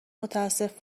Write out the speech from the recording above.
متاسف